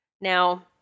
Now